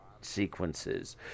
sequences